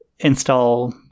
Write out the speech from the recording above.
install